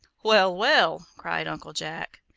well, well, cried uncle jack,